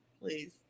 Please